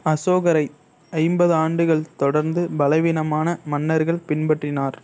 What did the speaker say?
அசோகரை ஐம்பது ஆண்டுகள் தொடர்ந்து பலவீனமான மன்னர்கள் பின்பற்றினர்